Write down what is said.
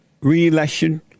re-election